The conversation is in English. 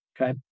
Okay